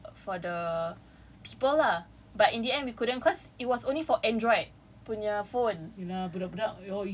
you have to source out for the for the people lah but in the end we couldn't cause it was only for android punya phone